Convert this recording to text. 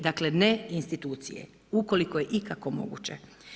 Dakle ne institucije ukoliko je ikako moguće.